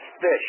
fish